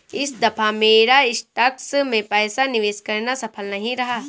इस दफा मेरा स्टॉक्स में पैसा निवेश करना सफल नहीं रहा